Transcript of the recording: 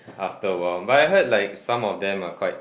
after a while but I heard like some of them are quite